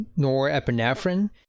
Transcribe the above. norepinephrine